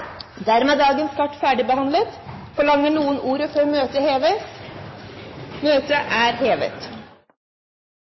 Dermed er dagens kart ferdigbehandlet. Forlanger noen ordet før møtet heves? – Møtet